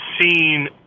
seen